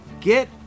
get